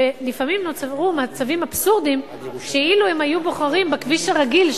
ולפעמים נוצרו מצבים אבסורדיים שאילו הם היו בוחרים בכביש הרגיל,